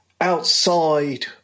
outside